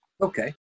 Okay